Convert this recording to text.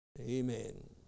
Amen